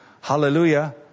hallelujah